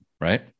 right